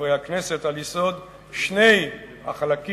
חברי הכנסת, על יסוד שני החלקים